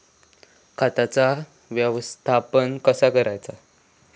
खताचा व्यवस्थापन कसा करायचा?